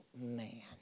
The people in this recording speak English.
man